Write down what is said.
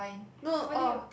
no oh